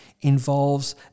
involves